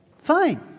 fine